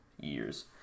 years